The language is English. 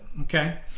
okay